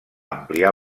ampliar